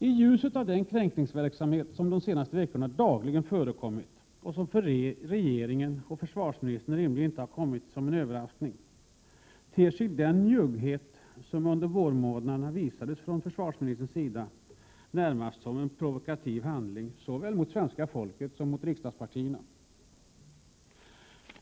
I ljuset av den kränkningsverksamhet som de senaste veckorna dagligen förekommit, och som för regeringen och försvarsministern rimligen inte kan ha kommit som en överraskning, ter sig den njugghet som under vårmånaderna visades från försvarsministerns sida närmast som en provokativ handling mot såväl svenska folket som mot riksdagspartierna.